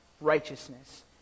righteousness